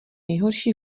nejhorší